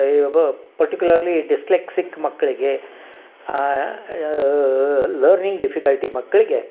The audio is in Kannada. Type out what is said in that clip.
ಇದು ಪರ್ಟಿಕ್ಯುಲರ್ಲಿ ಡಿಸ್ಲೆಕ್ಸಿಕ್ ಮಕ್ಕಳಿಗೆ ಲರ್ನಿಂಗ್ ಡಿಫಿಕಲ್ಟಿ ಮಕ್ಕಳಿಗೆ